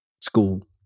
school